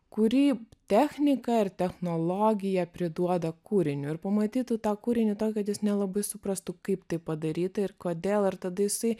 kurį technika ir technologija priduoda kūriniui ir pamatytų tą kūrinį tokį kad jis nelabai suprastų kaip tai padaryta ir kodėl ir tada jisai